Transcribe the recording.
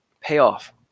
payoff